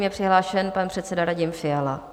Je přihlášen pan předseda Radim Fiala.